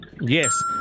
yes